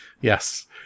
yes